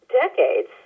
decades